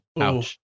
ouch